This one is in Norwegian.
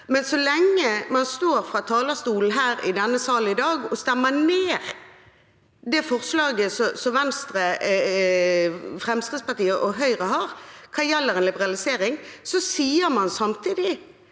men så lenge man står på talerstolen i denne salen i dag og stemmer ned det forslaget Venstre, Fremskrittspartiet og Høyre har hva gjelder en liberalisering, sier man samtidig